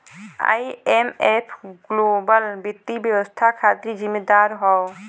IMF global वित्तीय व्यवस्था खातिर जिम्मेदार हौ